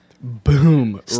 Boom